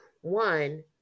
One